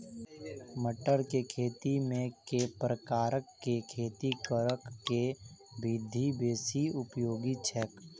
मटर केँ खेती मे केँ प्रकार केँ खेती करऽ केँ विधि बेसी उपयोगी छै?